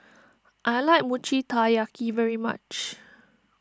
I like Mochi Taiyaki very much